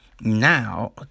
now